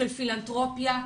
של פילנתרופיה.